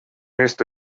este